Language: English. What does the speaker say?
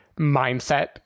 mindset